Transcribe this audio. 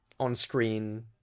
on-screen